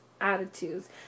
attitudes